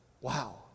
Wow